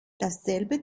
dasselbe